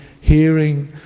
hearing